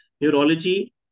neurology